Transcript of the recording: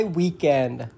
weekend